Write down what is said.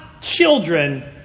children